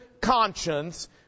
conscience